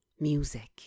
music